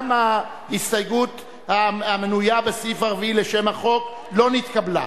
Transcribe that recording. גם ההסתייגות לחלופין המנויה בסעיף הרביעי לשם החוק לא נתקבלה.